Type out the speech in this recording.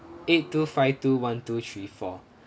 eight two five two one two three four